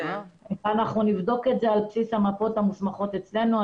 אנחנו נבדוק את זה על בסיס המפותל המוסמכות אצלנו.